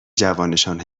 جوانشان